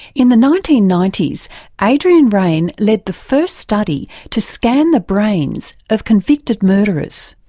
in the nineteen ninety s adrian raine led the first study to scan the brains of convicted murderers.